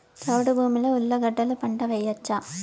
చౌడు భూమిలో ఉర్లగడ్డలు గడ్డలు పంట వేయచ్చా?